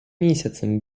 місяцем